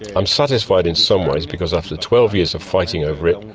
i'm satisfied in some ways because after twelve years of fighting over it,